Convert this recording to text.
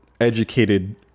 educated